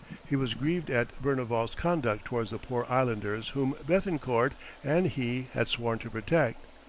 he was grieved at berneval's conduct towards the poor islanders whom bethencourt and he had sworn to protect.